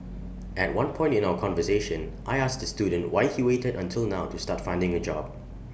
at one point in our conversation I asked the student why he waited until now to start finding A job